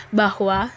bahwa